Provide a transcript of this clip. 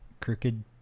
Crooked